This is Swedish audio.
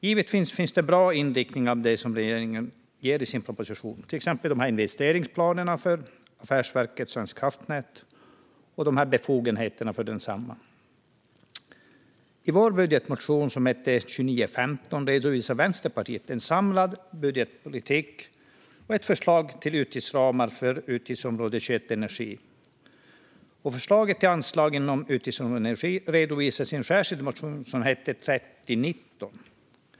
Givetvis finns det bra inriktningar i regeringens proposition, till exempel investeringsplanerna för Affärsverket svenska kraftnät och befogenheterna för detsamma. I Vänsterpartiets budgetmotion 2915 redovisar vi en samlad budgetpolitik och ett förslag till utgiftsram för utgiftsområde 21 Energi. Förslaget till anslag inom utgiftsområdet Energi redovisas i en särskild motion, 3019.